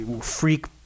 freak